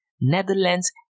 Netherlands